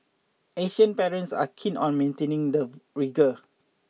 Asian parents are keen on maintaining the rigour